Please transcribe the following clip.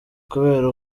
kubera